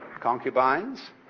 concubines